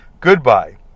Goodbye